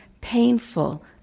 painful